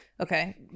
Okay